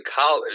college